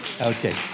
Okay